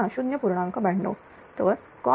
92 तरcos2